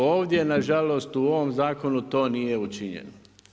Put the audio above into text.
Ovdje na žalost u ovom zakonu to nije učinjeno.